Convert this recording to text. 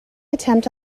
attempt